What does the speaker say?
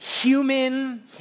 human